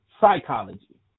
psychology